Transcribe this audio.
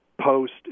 post